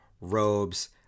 robes